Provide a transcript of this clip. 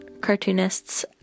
cartoonists